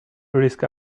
risk